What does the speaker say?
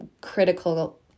critical